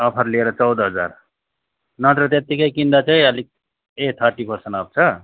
offer लिएर चौध हजार नत्र त्यतिकै किन्दा चाहिँ अलिक ए थर्टी फोर